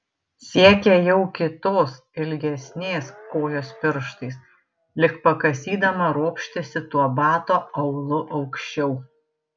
siekė jau kitos ilgesnės kojos pirštais lyg pakasydama ropštėsi tuo bato aulu aukščiau